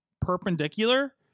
perpendicular